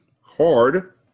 hard